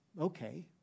okay